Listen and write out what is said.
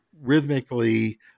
rhythmically